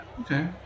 Okay